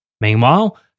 Meanwhile